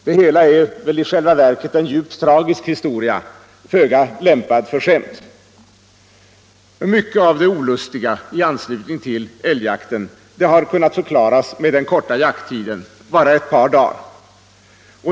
Det hela är väl i själva verket en djupt tragisk historia, föga lämpad för skämt. Mycket av det olustiga i anslutning till älgjakten har kunnat förklaras med den korta jakttiden — bara ett par dagar.